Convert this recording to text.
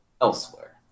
elsewhere